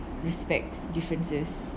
respects differences